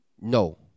No